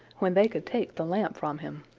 when they could take the lamp from him.